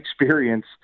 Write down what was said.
experience